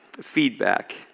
feedback